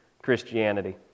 Christianity